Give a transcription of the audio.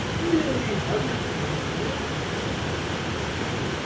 merely habit, my dear pleaded mr chick.